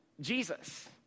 Jesus